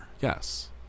yes